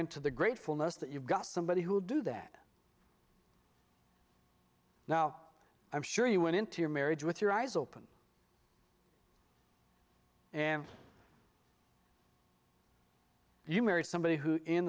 into the gratefulness that you've got somebody who do that now i'm sure you went into your marriage with your eyes open and you marry somebody who i